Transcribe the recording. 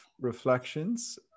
reflections